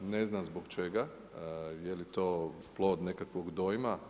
Ne znam zbog čega, je li to plod nekakvog dojma.